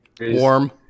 Warm